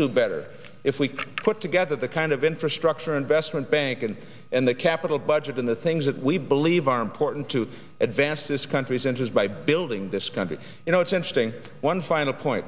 do better if we can put together the kind of infrastructure investment bank and in the capital budget in the things that we believe are important to advance this country's interest by building this country you know it's interesting one final point